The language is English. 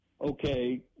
okay